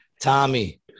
Tommy